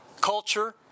culture